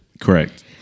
Correct